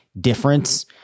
difference